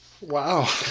wow